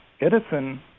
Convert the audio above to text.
Edison